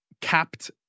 capped